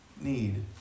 need